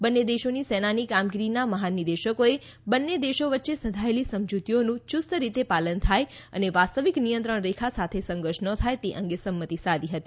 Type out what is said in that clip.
બંન્ને દેશોની સેનાની કામગીરીના મહાનિદેશકોએ બંન્ને દેશો વચ્ચે સધાયેલી સમજૂતીઓનું યુસ્તરીતે પાલન થાય અને વાસ્તવિક નિયંત્રણ રેખા ખાતે સંઘર્ષ ન થાય તે અંગે સંમતિ સાધી હતી